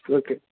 okay